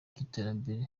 cy’iterambere